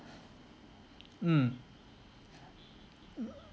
mm